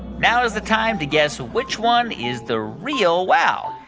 now is the time to guess which one is the real wow.